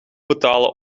betalen